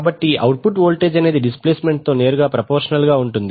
కాబట్టి output voltage అనేది displacement తో నేరుగా ప్రపోర్షనల్ గా ఉంటుంది